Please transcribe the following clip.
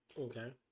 Okay